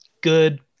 good